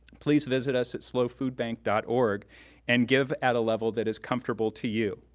please visit us at slofoodbank dot org and give at a level that is comfortable to you,